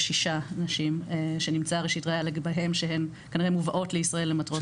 נשים שנמצא ראשית ראיה לגביהן שהן כנראה מובאות לישראל למטרות סחר.